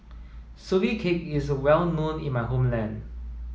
sugee cake is well known in my homeland